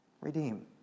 redeem